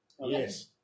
Yes